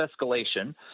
escalation